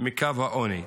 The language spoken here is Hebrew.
מקו העוני,